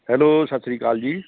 hello ਸਤਿ ਸ਼੍ਰੀ ਅਕਾਲ ਜੀ